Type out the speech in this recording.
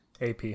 AP